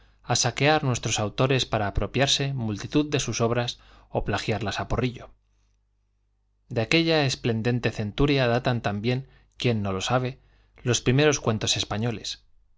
á saquear á nuestros autores para apropiarse multitud de sus obras o pla fiarlas a porrillo de aquella esplendente centuria da tan también quién no lo sabe los primeros cuentos españoles